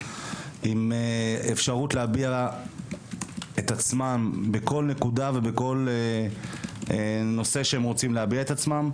עם אפשרות להביע את עצמם בכל נקודה ובכל נושא שהם רוצים להביע את עצמם.